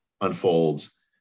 unfolds